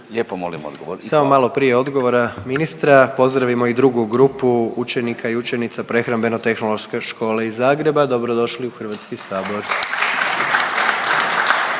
Gordan (HDZ)** Samo malo prije odgovora ministra, pozdravimo i drugu grupu učenika i učenica Prehrambeno-tehnološke škole iz Zagreba, dobrodošli u HS. /Pljesak./